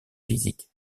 physique